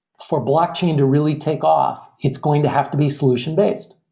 for blockchain to really take off, it's going to have to be solution-based,